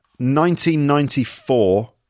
1994